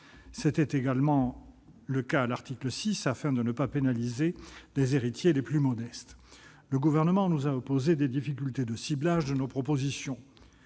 le même travail à l'article 6, afin de ne pas pénaliser les héritiers les plus modestes. Or le Gouvernement nous a opposé les difficultés de ciblage de nos propositions.